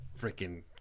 freaking